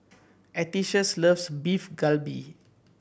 Atticus loves Beef Galbi